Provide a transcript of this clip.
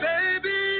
Baby